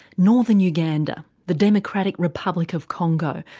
northern uganda, the democratic republic of congo,